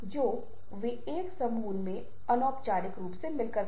अब ये ऐसे मुद्दे हैं जो चीजों को समझने में महत्वपूर्ण भूमिका निभाते हैं